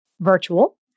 virtual